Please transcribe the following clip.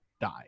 die